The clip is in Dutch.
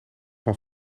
van